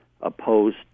opposed